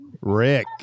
Rick